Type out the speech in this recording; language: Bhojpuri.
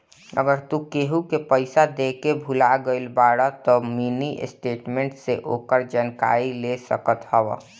अगर तू केहू के पईसा देके भूला गईल बाड़ऽ तअ मिनी स्टेटमेंट से ओकर जानकारी ले सकत हवअ